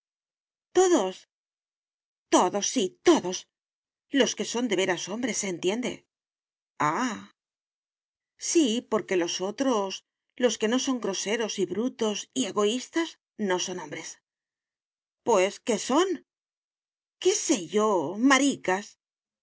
todos todos sí todos los que son de veras hombres se entiende ah sí porque los otros los que no son groseros y brutos y egoístas no son hombres pues qué son qué sé yo maricas